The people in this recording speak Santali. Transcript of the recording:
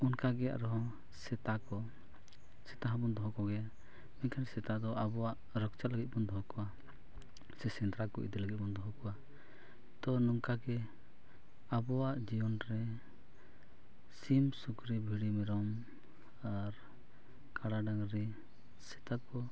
ᱚᱱᱠᱟᱜᱮ ᱟᱨᱦᱚᱸ ᱥᱮᱛᱟ ᱠᱚ ᱥᱮᱛᱟ ᱦᱚᱸᱵᱚᱱ ᱫᱚᱦᱚ ᱠᱚᱜᱮᱭᱟ ᱢᱮᱱᱠᱷᱟᱱ ᱥᱮᱛᱟ ᱫᱚ ᱟᱵᱚᱣᱟᱜ ᱨᱚᱠᱠᱷᱟ ᱞᱟᱹᱜᱤᱫ ᱵᱚᱱ ᱫᱚᱦᱚ ᱠᱚᱣᱟ ᱥᱮ ᱥᱮᱸᱫᱽᱨᱟ ᱠᱚ ᱤᱫᱤ ᱞᱟᱹᱜᱤᱫ ᱵᱚᱱ ᱫᱚᱦᱚ ᱠᱚᱣᱟ ᱛᱚ ᱱᱚᱝᱠᱟᱜᱮ ᱟᱵᱚᱣᱟᱜ ᱡᱤᱭᱚᱱ ᱨᱮ ᱥᱤᱢ ᱥᱩᱠᱨᱤ ᱵᱷᱤᱰᱤ ᱢᱮᱨᱚᱢ ᱟᱨ ᱠᱟᱰᱟ ᱰᱟᱹᱝᱨᱤ ᱥᱮᱛᱟ ᱠᱚ